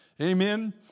Amen